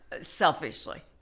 selfishly